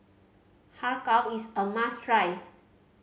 Har Kow is a must try